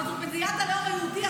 אבל זאת מדינת הלאום היהודי,